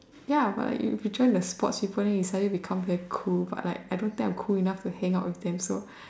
ya but if you join the sports people then you suddenly become very cool but like I don't think I am cool enough to hang out with them so